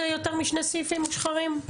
זה